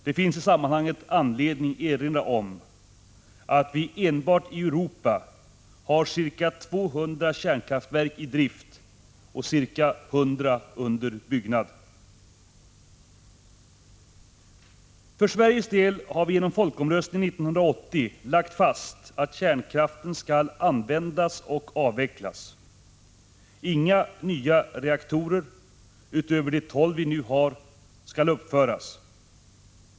Det finns i sammanhanget anledning att erinra om att vi enbart i Europa har ca 200 kärnkraftsreaktorer i drift och ca 100 under byggnad. För Sveriges del har vi genom folkomröstningen 1980 lagt fast att kärnkraften skall användas och avvecklas. Inga nya reaktorer, utöver de tolv vi nu har, skall uppföras.